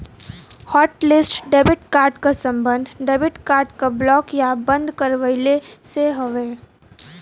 hotlist debit card क सम्बन्ध debit card क ब्लॉक या बंद करवइले से हउवे